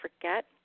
forget